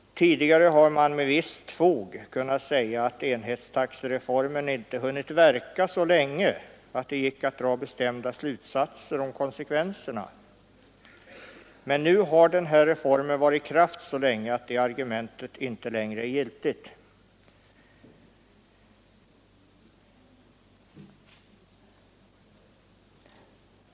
Tidigare har man med visst fog kunnat säga att enhetstaxereformen inte hunnit verka så länge att det gick att dra bestämda slutsatser om konsekvenserna. Men nu har den här reformen varit i kraft så länge att det argumentet inte längre är giltigt.